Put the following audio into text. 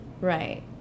Right